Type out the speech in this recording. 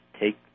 take